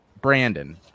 Brandon